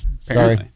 sorry